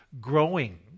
growing